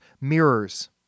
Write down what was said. mirrors